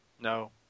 no